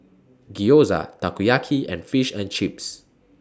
Gyoza Takoyaki and Fish and Chips